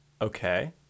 Okay